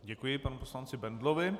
Děkuji panu poslanci Bendlovi.